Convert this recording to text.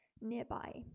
nearby